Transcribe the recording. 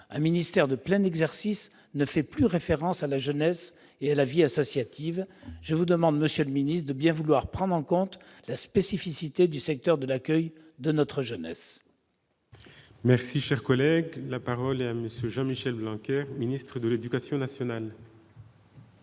un ministère de plein exercice ne fait plus référence à la jeunesse et à la vie associative, je vous demande, monsieur le ministre, de bien vouloir prendre en compte la spécificité du secteur de l'accueil de notre jeunesse. La parole est à M. le ministre de l'éducation nationale.